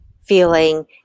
feeling